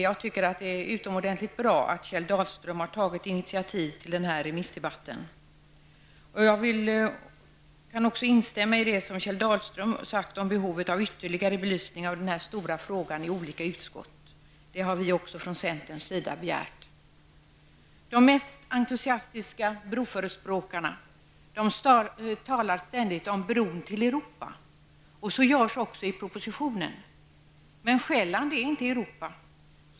Jag tycker därför det är utomordentligt bra att Kjell Dahlström har tagit initiativ till den här remissdebatten. Jag vill också instämma i det som Kjell Dahlström har sagt om behovet av ytterligare belysning av denna stora fråga i olika utskott. Det har vi begärt också från centerns sida. De mest entusiastiska broförespråkarna talar ständigt om bron till Europa. Så görs också i propositionen. Men Själland är inte Europa.